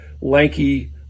lanky